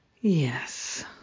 Yes